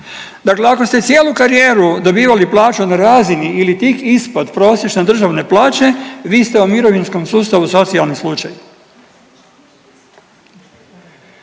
Dakle, ako ste cijelu karijeru dobivali plaću na razini ili tik ispod prosječne državne plaće vi ste u mirovinskom sustavu socijalni slučaj.